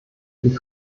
die